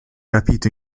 rapito